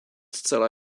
zcela